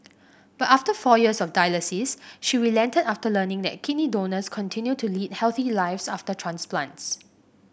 but after four years of dialysis she relented after learning that kidney donors continue to lead healthy lives after transplants